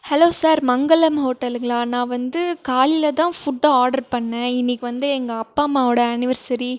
hello sir Mangalam ஹோட்டலுங்களா நான் வந்து காலையில் தான் ஃபுட்டு ஆர்டர் பண்ணேன் இன்றைக்கு வந்து எங்கள் அப்பா அம்மாவோடய ஆனிவெர்சரி